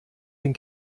den